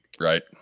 right